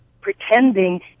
pretending